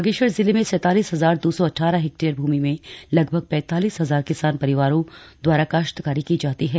बागेश्वर जिले में सैंतालीस हजार दो सौ अठारह हेक्टेयर भूमि में लगभग पैंतालीस हजार किसान परिवारों दवारा काश्तकारी की जाती है